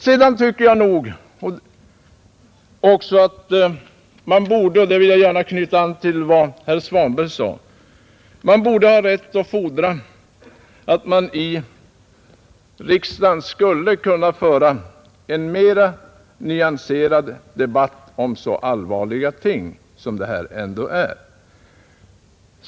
Jag tycker nog också — där vill jag gärna knyta an till vad herr Svanberg sade — att man borde ha rätt att fordra att det i riksdagen skulle föras en mera nyanserad debatt om så allvarliga ting som det här ändå är fråga om.